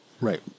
Right